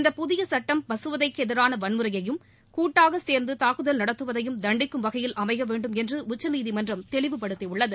இந்த புதிய சுட்டம் பகவதைக்கு எதிராள வன்முறையையும் கூட்டாக சேர்ந்த தாக்குதல் நடத்துவதையும் தண்டிக்கும் வகையில் அமைய வேண்டும் என்று உச்சநீதிமன்றம் தெளிவுப்படுத்தியுள்ளது